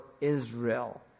Israel